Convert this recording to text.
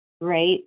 right